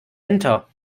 enter